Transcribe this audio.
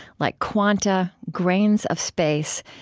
like quanta, grains of space,